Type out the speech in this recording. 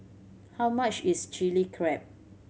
how much is Chili Crab